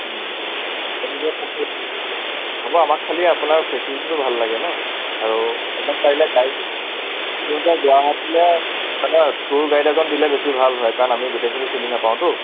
হ'ব আমাক খালী আপোনাৰ ফেছিলিটীটো ভাল লাগে ন আৰু আমাক পাৰিলে গাইড গুৱাহাটীলে মানে ট্যুৰ গাইড এজন দিলে বেছি ভাল হয় কাৰণ আমি গোটেইখিনি চিনি নেপাওঁতো